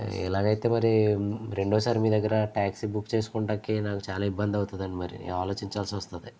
ఇలాగైతే మరీ రెండోసారి మీ దగ్గర ట్యాక్సీ బుక్ చేసుకొటానికి నాకు చాలా ఇబ్బంది అవుతుందండి మరి ఆలోచించాల్సి వస్తుంది